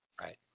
Right